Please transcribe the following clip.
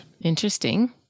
Interesting